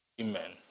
Amen